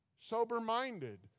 Sober-minded